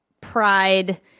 pride